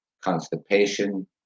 constipation